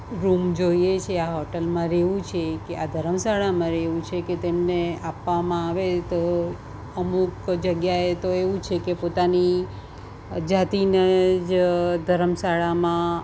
room જોઈએ છે આ હોટલમાં રહેવું છે કે આ ધરમ શાળામાં રહેવું છે કે તેમને આપવામાં આવે તો અમુક જગ્યાએ તો એવું છે કે પોતાની જાતિના જ ધરમ શાળામાં